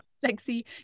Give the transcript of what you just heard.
Sexy